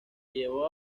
llevó